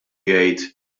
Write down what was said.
jgħid